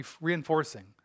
reinforcing